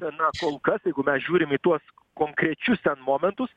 na kol kas jeigu mes žiūrim į tuos konkrečius ten momentus